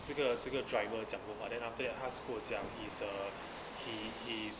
这个这个 driver 讲过话 then after that 他是跟我讲 is a he he